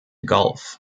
gulf